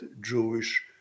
Jewish